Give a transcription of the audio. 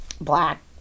black